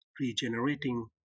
regenerating